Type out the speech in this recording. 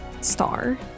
star